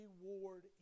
reward